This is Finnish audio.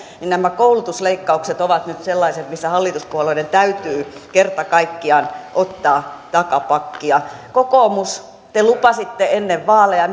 niin nämä koulutusleikkaukset ovat nyt sellaiset missä hallituspuolueiden täytyy kerta kaikkiaan ottaa takapakkia kokoomus te lupasitte ennen vaaleja